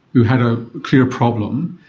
who had a clear problem,